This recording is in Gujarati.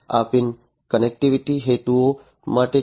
આ પિન કનેક્ટિવિટિ હેતુઓ માટે છે